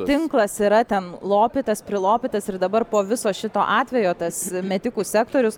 tinklas yra ten lopytas prilpytas ir dabar po viso šito atvejo tas metikų sektorius